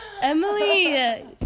Emily